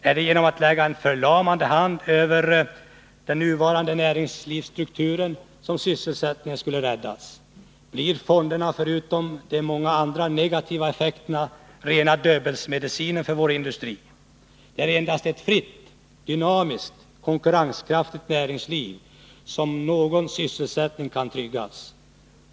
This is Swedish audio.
Är det genom att lägga en förlamande hand över den nuvarande näringslivsstrukturen som sysselsättningen skall räddas, så blir fonderna — förutom att de får många andra negativa effekter — rena Döbelnsmedicinen för vår industri. Det är endast i ett fritt, dynamiskt och konkurrenskraftigt näringsliv som någon sysselsättning kan tryggas.